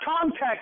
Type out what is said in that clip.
contact